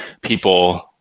people